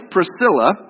Priscilla